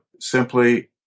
Simply